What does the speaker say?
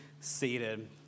seated